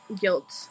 guilt